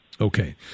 Okay